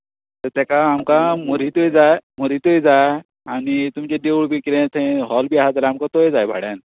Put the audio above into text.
तर ताका आमकां म्हुरीत जाय म्हुरीत जाय आनी तुमचें देवूळ बी कितें तें हॉल बी कितें आसा जाल्यार आमकां तेंवूय जाय भाड्यान